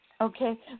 Okay